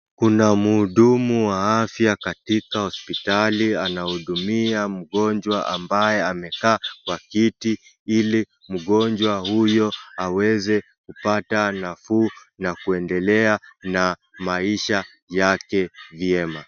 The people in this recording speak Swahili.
Kuna mhudumu wa afya katika hospitali anahudumia mgonjwa ambaye amekaa kwa kiti ili mgonjwa huyo aweze kupata nafuu na aweze kuendelea na maisha yaje vyema.